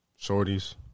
shorties